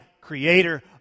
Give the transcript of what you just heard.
creator